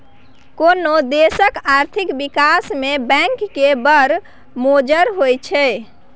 कोनो देशक आर्थिक बिकास मे बैंक केर बड़ मोजर होइ छै